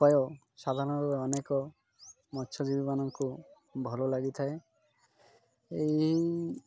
ଉପାୟ ସାଧାରଣ ଅନେକ ମତ୍ସଜୀବୀମାନଙ୍କୁ ଭଲ ଲାଗିଥାଏ ଏହି